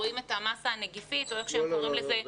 רואים את המסה הנגיפית או איך שהם קוראים לזה.